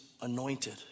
Anointed